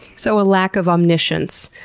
so a lack of omniscience.